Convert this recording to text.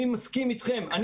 אני מסכים אתכם,